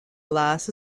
glass